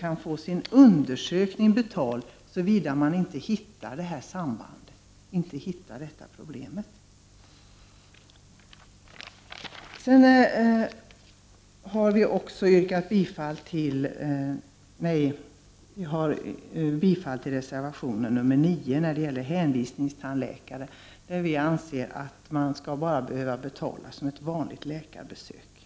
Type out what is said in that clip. Avslutningsvis yrkar jag bifall till reservation 9, som gäller hänvisningstandläkare. Vi anser att man bara skall behöva betala som för ett vanligt läkarbesök. Tack för mig!